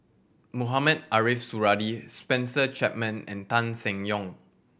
Mohamed Ariff Suradi Spencer Chapman and Tan Seng Yong